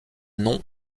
nom